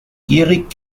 gierig